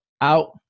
out